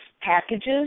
packages